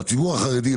בציבור החרדי,